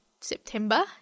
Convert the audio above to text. September